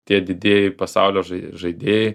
tie didieji pasaulio žai žaidėjai